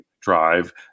drive